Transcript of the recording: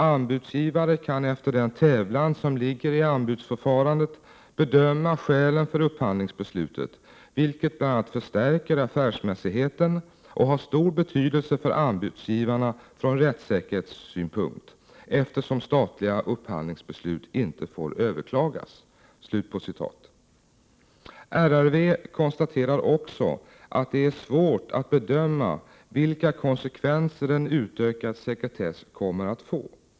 Anbudsgivare kan efter den tävlan som ligger i anbudsförfarandet bedöma skälen för upphandlingsbeslutet, vilket bl.a. förstärker affärsmässigheten och har stor betydelse för anbudsgivarna från rättssäkerhetssynpunkt, eftersom statliga upphandlingsbeslut inte får överklagas. Så långt riksrevisionsverket. RRV konstaterar också att det är svårt att bedöma vilka konsekvenser en utökad sekretess kommer att få.